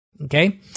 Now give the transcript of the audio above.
Okay